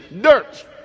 Dirt